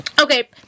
Okay